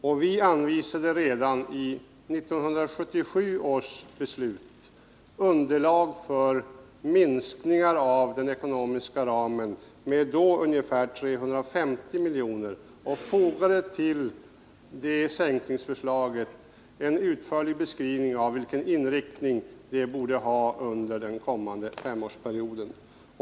Redan i 1977 års beslut redovisade vi underlag för minskningar av den ekonomiska ramen med då ungefär 350 milj.kr. Till det förslaget fogade vi en utförlig beskrivning av den inriktning försvaret borde ha under den kommande femårsperioden.